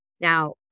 now